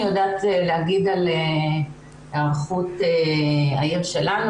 אני יודעת להגיד על היערכות העיר שלנו.